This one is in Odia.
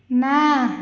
ନା